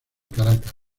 caracas